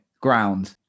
Ground